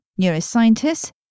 neuroscientists